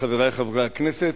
חברי חברי הכנסת,